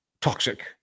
toxic